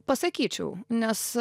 pasakyčiau nes